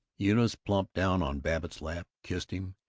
eunice plumped down on babbitt's lap, kissed him,